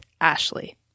Ashley